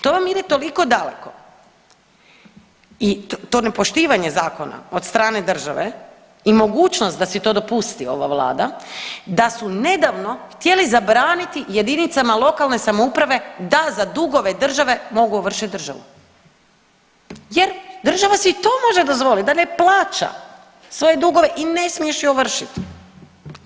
To vam ide toliko daleko i to ne poštivanje zakona od strane države i mogućnost da si to dopusti ova Vlada da su nedavno htjeli zabraniti jedinice lokalne samouprave da za dugove države mogu ovršiti državu jer država si i to može dozvoliti da ne plaća svoje dugove i ne smiješ ju ovršit.